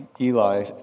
Eli